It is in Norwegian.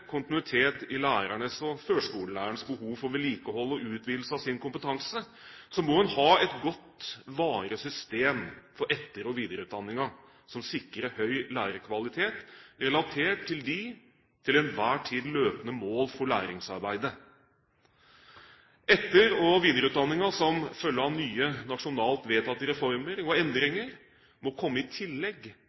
kontinuitet i lærernes og førskolelærernes behov for vedlikehold og utvidelse av kompetanse, må en ha et godt, varig system for etter- og videreutdanningen som sikrer høy lærerkvalitet relatert til de til enhver tid løpende mål for læringsarbeidet. Etter- og videreutdanning må som følge av nye nasjonalt vedtatte reformer og endringer komme i tillegg,